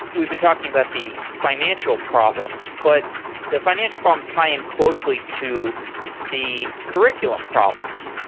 we've been talking about the financial problems, but the financial problems tie in closely to the curriculum problems.